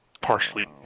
Partially